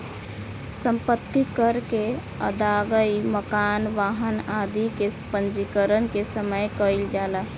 सम्पत्ति कर के अदायगी मकान, वाहन आदि के पंजीकरण के समय कईल जाला